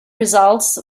results